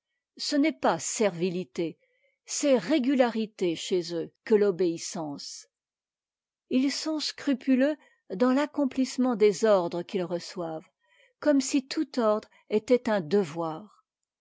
ce n'est pas servilité c'est réguiarité chez eux que l'obéissance ils sont scrupuleux dans l'accomplissement des ordres qu'ils reçoivent comme si tout ordre était un devoir